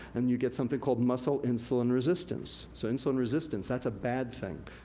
and you get something called muscle insulin resistance. so insulin resistance, that's a bad thing.